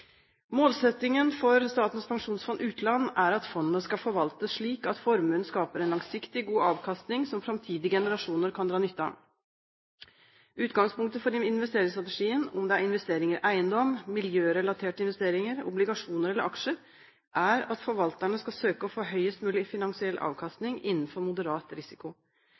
Målsettingen for Statens pensjonsfond utland er at fondet skal forvaltes slik at formuen skaper en langsiktig, god avkastning som framtidige generasjoner kan dra nytte av. Utgangspunktet for investeringsstrategien – om det er investeringer i eiendom, miljørelaterte investeringer, obligasjoner eller aksjer – er at forvalterne skal søke å få høyest mulig finansiell avkastning innenfor moderat risiko.